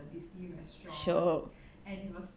shiok